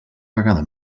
vegada